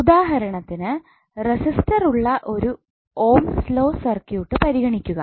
ഉദാഹരണത്തിന് റെസിസ്റ്റർ ഉള്ള ഒരു ഓംസ്സ് ലോ സർക്യൂട്ട് പരിഗണിക്കുക